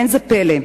לא פלא,